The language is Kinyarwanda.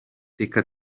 reka